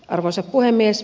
arvoisa puhemies